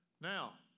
Now